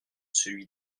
celui